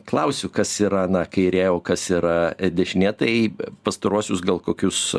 klausiu kas yra na kairė o kas yra dešinė taip pastaruosius gal kokius